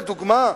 לדוגמה,